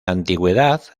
antigüedad